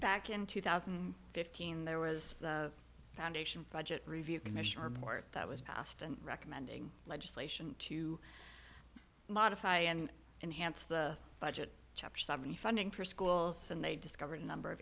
back in two thousand and fifteen there was a foundation project review commission report that was passed and recommending legislation to modify and enhance the budget chapter seventy funding for schools and they discovered a number of